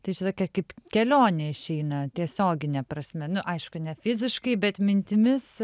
tai čia tokia kaip kelionė išeina tiesiogine prasme nu aišku ne fiziškai bet mintimis